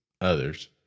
others